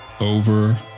over